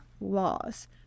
Laws